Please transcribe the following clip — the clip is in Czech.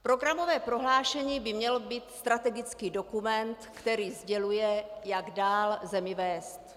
Programové prohlášení by měl být strategický dokument, který sděluje, jak dál zemi vést.